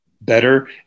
better